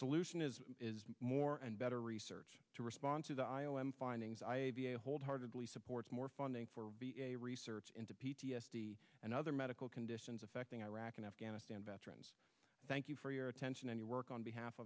solution is more and better research to respond to the i o m findings i wholeheartedly support more funding for research and other medical conditions affecting iraq and afghanistan veterans thank you for your attention and your work on behalf